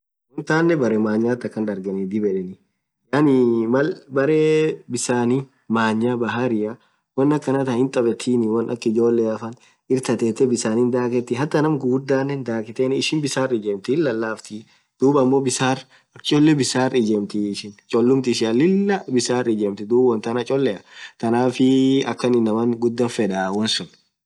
Wonn tanen berre manyath akhan dargheni dhib yedheni yaani Mal berre bisan manyaa baharia wonn akanathan hithabethin wonn akha ijolea faaan irtathee bisani dhakethi ñaam ghughurdhanen dhakhetni ishin bisan rijemtii hin lalaftthii dhub ammo bisarrr akha cholee bisan rijemthi ishin cholumth ishian Lilah bisan rijemtii dhub wonn than cholea thaanafiii inaman ghudha fedhaa malsun